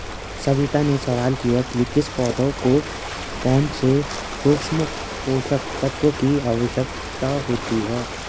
सविता ने सवाल किया कि किस पौधे को कौन से सूक्ष्म पोषक तत्व की आवश्यकता होती है